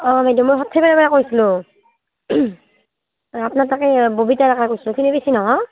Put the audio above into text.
অঁ বাইদেউ মই সৰ্থেবাৰীৰ পৰা কৈছিলোঁ আপোনাৰ তাকে ববিতা